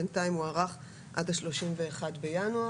בינתיים הוארך עד ה-31 בינואר,